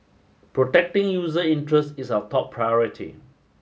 protecting user interests is our top priority